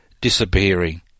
disappearing